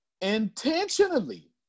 intentionally